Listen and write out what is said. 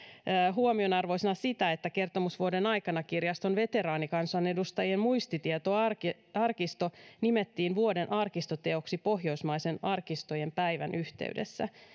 huomionarvoisena myös sitä että kertomusvuoden aikana kirjaston veteraanikansanedustajien muistitietoarkisto nimettiin vuoden arkistoteoksi pohjoismaisen arkistojen päivän yhteydessä